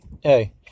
hey